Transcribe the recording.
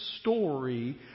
story